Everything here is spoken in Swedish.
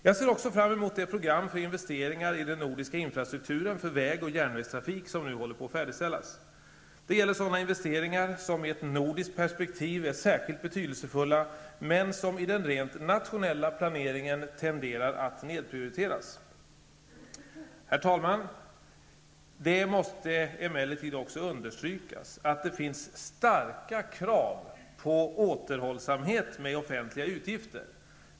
Jag ser också fram emot de program för investeringar i den nordiska infrastrukturen för väg och järnvägstrafik som nu håller på att färdigställas. Det gäller sådana investeringar som i ett nordiskt perspektiv är särskilt betydelsefulla, men som i den rent nationella planeringen tenderar att nedprioriteras. Herr talman! Det måste emellertid också understrykas att det finns starka krav på återhållsamhet med offentliga utgifter.